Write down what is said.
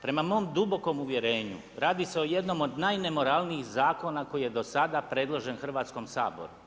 Prema mom dubokom uvjerenju radi se o jednom od najnemoralnijih zakona koji je do sada predložen Hrvatskom saboru.